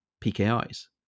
PKI's